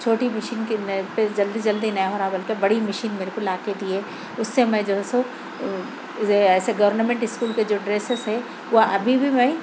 چھوٹی مشین کے میں پہ جلدی جلدی نہیں ہو رہا بلکہ بڑی مشین میرے کو لا کے دئیے اُس سے میں جو ہے سو ایسے کورنمنٹ اسکول کے جو ڈریسز ہے وہ ابھی بھی میں